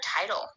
title